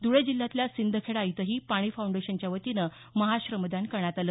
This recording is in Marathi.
ध्रळे जिल्ह्यातील सिंदखेडा इथंही पानी फाउंडेशनच्या वतीनं महाश्रमदान करण्यात आलं